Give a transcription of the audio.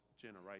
generation